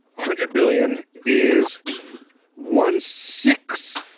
hundred billion is one six